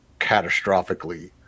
catastrophically